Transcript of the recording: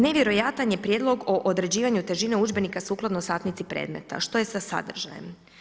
Nevjerojatan je prijedlog o određivanju težine ubožnika sukladno satnici predmeta, što je sa sadržajem?